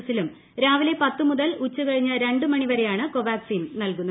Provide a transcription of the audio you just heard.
എസിലും രാവിലെ പത്തു മുതൽ ഉച്ചകഴിഞ്ഞ് രണ്ടു വരെയാണ് കോവാക്സിൻ ്നിൽകുന്നത്